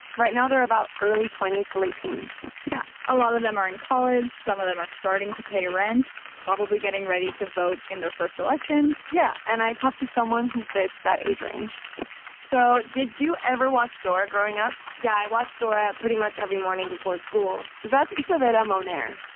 right now, they're about early twenty s to late teens yeah. a lot of them are in college. some of them are starting to pay rent, probably getting ready to vote in their first election yeah. and i talked to someone who fits that age range so did you ever watch dora growing up? yeah. i watched dora pretty much every morning before school that's isabela so and moner.